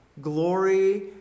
Glory